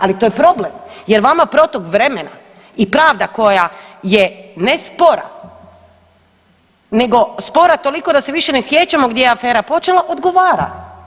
Ali to je problem jer vama protok vremena i pravda koja je ne spora nego spora toliko da se više ne sjećamo gdje je afera počela, odgovora.